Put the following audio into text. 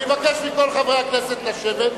אני מבקש מכל חברי הכנסת לשבת.